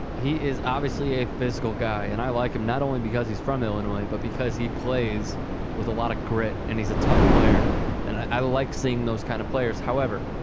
he is obviously a physical guy and i like and um not only because he's from illinois but because he plays with a lot of great and he's a tough player and i i like seeing those kind of players however